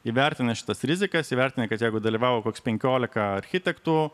įvertinę šitas rizikas įvertinę kad jeigu dalyvavo koks penkiolika architektų